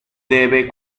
debe